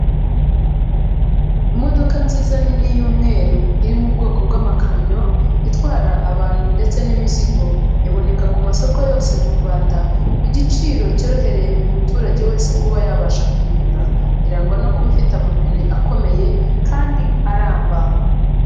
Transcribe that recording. Imodoka nziza nini y'umweru iri mu bwoko bw'amakamyo itwara abantu ndetse n'imizigo, iboneka ku masoko yose mu Rwanda, ku giciro cyorohereye buri muturage wese kuba yabasha kuyigura, irangwa no kuba ifite amapine akomeye kandi aramba.